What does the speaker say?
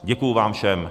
Děkuji vám všem.